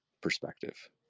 perspective